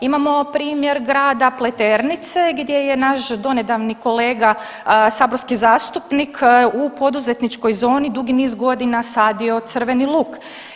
Imamo primjer grada Pleternice gdje je naš donedavni kolega saborski zastupnik u poduzetničkoj zoni dugi niz godina sadio crveni luk.